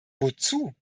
wozu